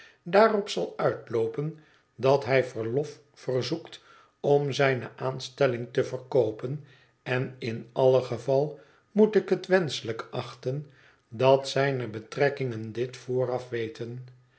daarop zal uitloopen dat hij verlof verzoekt om zijne aanstelling te verkoopen en in allen gevalle moet ik het wenschelijk achten dat zijne betrekkingen dit vooraf weten